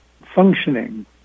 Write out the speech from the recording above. functioning